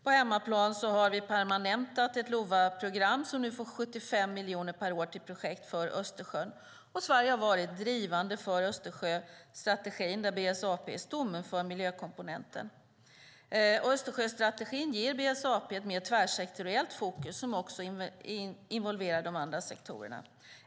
På hemmaplan har vi permanentat ett LOVA-program som nu får 75 miljoner per år till projekt för Östersjön. Och Sverige har varit drivande för Östersjöstrategin, där BSAP är stommen för miljökomponenten. Östersjöstrategin ger BSAP ett mer tvärsektoriellt fokus som också involverar de andra sektorerna.